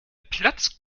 platzt